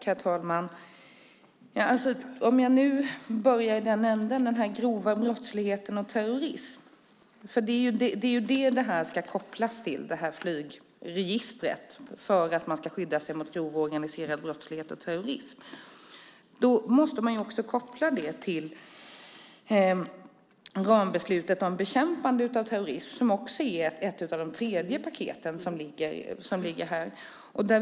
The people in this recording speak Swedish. Herr talman! Jag börjar i änden med den grova brottsligheten och terrorismen. Det är det flygregistret ska kopplas till; man skydda sig mot grov organiserad brottslighet och terrorism. Man måste också koppla det till rambeslutet om bekämpande av terrorism som är ett av de tre paket som ligger här.